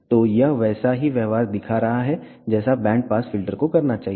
तो यह वैसा ही व्यवहार दिखा रहा है जैसा बैंड पास फिल्टर को करना चाहिए